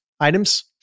Items